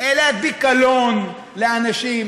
להדביק קלון לאנשים.